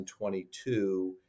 2022